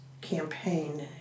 campaign